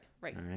Right